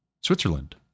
Switzerland